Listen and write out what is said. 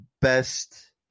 best –